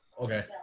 Okay